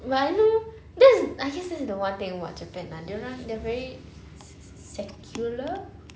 but I do but I guess that's the one thing about japan ah dia orang they're very s~ s~ secular